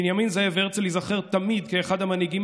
בנימין זאב הרצל ייזכר תמיד כאחד המנהיגים